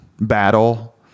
battle